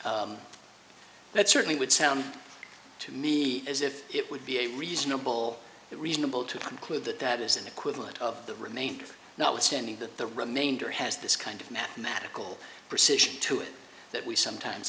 place that certainly would sound to me as if it would be a reasonable reasonable to conclude that that is an equivalent of the remainder now extending that the remainder has this kind of mathematical precision to it that we sometimes